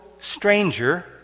stranger